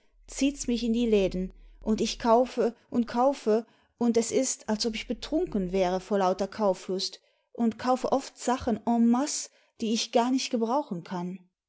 zieht's mich in die läden und ich kaufe und kaufe und es ist als ob ich betrunken wäre vor lauter kauflust und kaufe oft sachen en masse die ich gar nicht gebrauchen kann